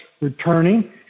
returning